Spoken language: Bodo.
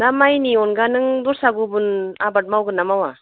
ना माइनि अनगा नों दस्रा गुबुन आबाद मावगोनना मावा